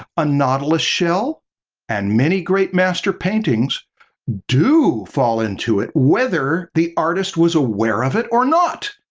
a nautilus shell and many great master paintings do fall into it whether the artist was aware of it or not.